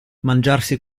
mangiarsi